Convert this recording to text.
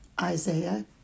Isaiah